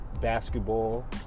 basketball